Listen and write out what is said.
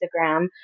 Instagram